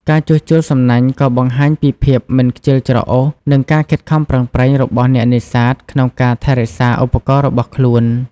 ការជួសជុលសំណាញ់ក៏បង្ហាញពីភាពមិនខ្ជិលច្រអូស និងការខិតខំប្រឹងប្រែងរបស់អ្នកនេសាទក្នុងការថែរក្សាឧបករណ៍របស់ខ្លួន។